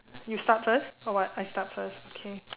you start first or what I start first okay